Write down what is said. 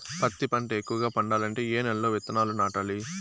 పత్తి పంట ఎక్కువగా పండాలంటే ఏ నెల లో విత్తనాలు నాటాలి?